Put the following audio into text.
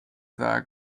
that